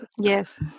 Yes